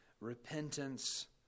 repentance